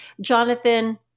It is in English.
Jonathan